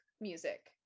music